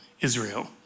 Israel